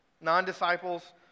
non-disciples